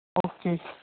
okay